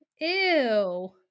Ew